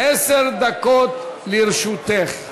עשר דקות לרשותך.